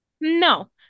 No